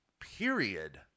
period